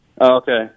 Okay